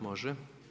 Može.